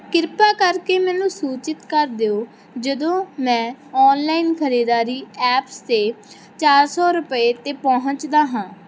ਕ੍ਰਿਪਾ ਕਰਕੇ ਮੈਨੂੰ ਸੂਚਿਤ ਕਰ ਦਿਉ ਜਦੋਂ ਮੈਂ ਔਨਲਾਇਨ ਖਰੀਦਾਰੀ ਐਪਸ 'ਤੇ ਚਾਰ ਸੌ ਰੁਪਏ 'ਤੇ ਪਹੁੰਚਦਾ ਹਾਂ